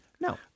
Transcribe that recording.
No